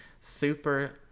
super